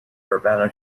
urbana